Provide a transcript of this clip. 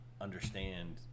understand